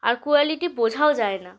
আর quality বোঝাও যায় না